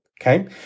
Okay